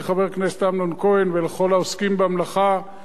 אני חושב שהחוק, יחד עם השינויים בכל המערך,